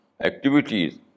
activities